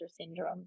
syndrome